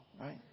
right